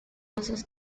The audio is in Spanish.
rosas